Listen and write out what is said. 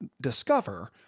discover